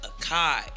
Akai